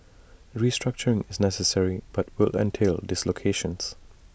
restructuring is necessary but will entail dislocations